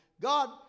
God